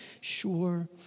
Sure